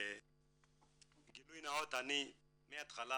גילוי נאות - אני מהתחלה